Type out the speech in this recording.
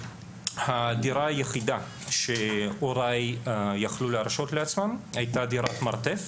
הדירה היחידה שהוריי יכלו להרשות לעצמם הייתה דירת מרתף